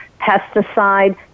pesticide